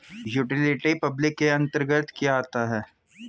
Utility public के अंतर्गत क्या आता है?